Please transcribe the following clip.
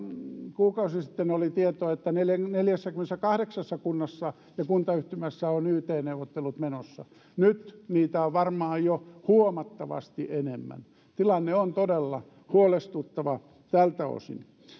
kuukausi sitten oli tietoa että neljässäkymmenessäkahdeksassa kunnassa ja kuntayhtymässä on yt neuvottelut menossa nyt niitä on varmaan jo huomattavasti enemmän tilanne on todella huolestuttava tältä osin